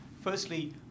Firstly